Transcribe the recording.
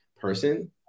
person